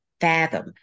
fathom